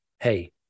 hey